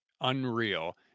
Unreal